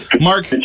Mark